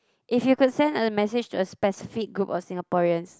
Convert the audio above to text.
if you could send a message to a specific group of Singaporeans